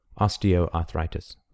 osteoarthritis